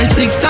six